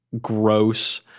gross